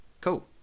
Cool